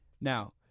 Now